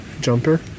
Jumper